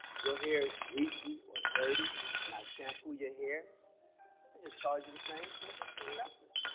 your hair is greasy or dirty and i shampoo your hair. i just charge you the same simple ten nothingness.